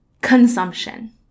Consumption